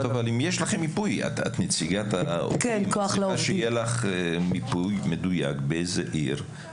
אי אפשר שנבוא מהשטח